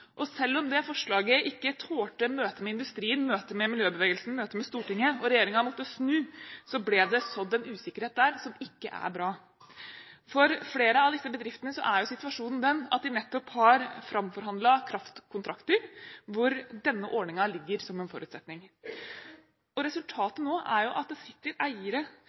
Selv om det forslaget ikke tålte møtet med industrien, møtet med miljøbevegelsen, møtet med Stortinget, og regjeringen måtte snu, ble det sådd en usikkerhet der som ikke er bra. For flere av disse bedriftene er situasjonen nettopp den at de har framforhandlet kraftkontrakter hvor denne ordningen ligger som en forutsetning. Resultatet nå er at det sitter eiere